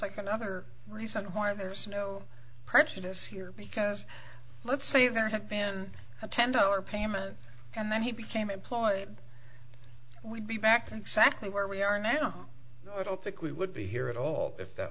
like another reason why there's no prejudice here because let's say there had been a ten dollars payment and then he became employed we'd be back in fact where we are now i don't think we would be here at all if that